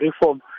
reform